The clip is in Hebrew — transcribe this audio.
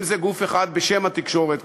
אם גוף אחד בשם התקשורת,